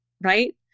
right